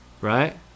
Right